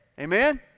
amen